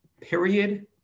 Period